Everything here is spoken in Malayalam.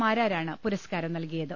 മാരാരാണ് പുരസ്കാരം നൽകിയത്